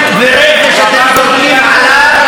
ורפש אתם זורקים עליו,